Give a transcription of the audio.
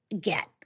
get